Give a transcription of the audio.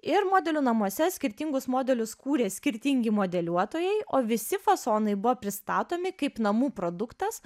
ir modelių namuose skirtingus modelius kūrė skirtingi modeliuotojai o visi fasonai buvo pristatomi kaip namų produktas